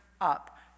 up